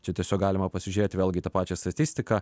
čia tiesiog galima pasižiūrėti vėlgi į tą pačią statistiką